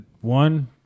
One